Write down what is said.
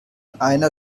einer